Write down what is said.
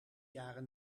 jaren